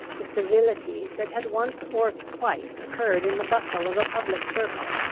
the civilities that had once or twice occurred in the bustle of a public circle,